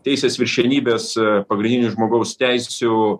teisės viršenybės pagrindinių žmogaus teisių